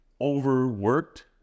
overworked